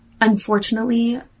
unfortunately